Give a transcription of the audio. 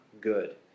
good